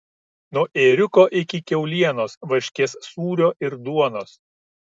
nuo ėriuko iki kiaulienos varškės sūrio ir duonos